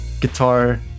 guitar